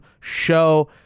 Show